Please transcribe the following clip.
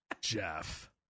Jeff